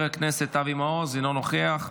חבר הכנסת אבי מעוז, אינו נוכח,